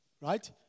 right